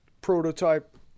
prototype